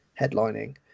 headlining